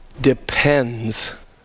depends